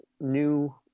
new